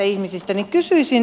kysyisin ministeriltä